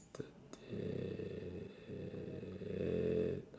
uh